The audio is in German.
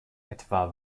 etwa